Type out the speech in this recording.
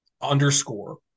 underscore